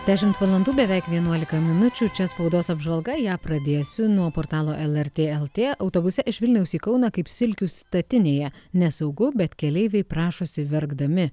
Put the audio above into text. dešimt valandų beveik vienuolika minučių čia spaudos apžvalga ją pradėsiu nuo portalo lrt lt autobuse iš vilniaus į kauną kaip silkių statinėje nesaugu bet keleiviai prašosi verkdami